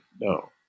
no